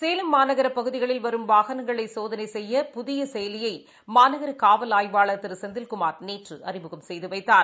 சேலம் மாநகரபகுதிகளில் வரும் வாகனங்களைசோதனைசெய்ய புதியசெயலியைமநகரகாவல் ஆய்வாள் திருசெந்தில்குமார் நேற்றுஅறிமுகம் செய்துவைத்தார்